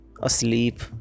asleep